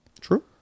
True